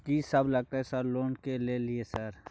कि सब लगतै सर लोन ले के लिए सर?